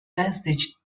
passage